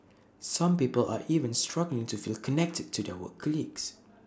some people are even struggling to feel connected to their work colleagues